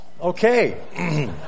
Okay